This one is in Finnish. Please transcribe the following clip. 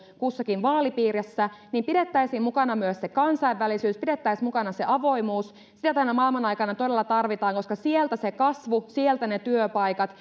kussakin vaalipiirissä niin pidettäisiin mukana kansainvälisyys pidettäisiin mukana avoimuus sitä tänä maailmanaikana todella tarvitaan koska sieltä se kasvu sieltä ne työpaikat